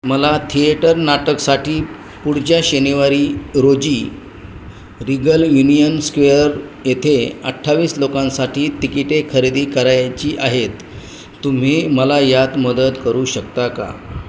मला थिएटर नाटकासाठी पुढच्या शनिवारी रोजी रिगल युनियन स्क्वेअर येथे अठ्ठावीस लोकांसाठी तिकिटे खरेदी करायची आहेत तुम्ही मला यात मदत करू शकता का